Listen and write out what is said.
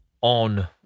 on